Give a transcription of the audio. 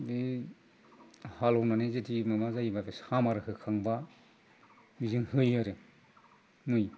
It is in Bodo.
बे हालएवनानै जुदि मोना जायोब्ला सामार होखांब्ला बिजों होयो आरो मै